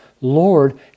Lord